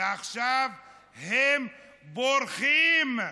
עכשיו הם בורחים.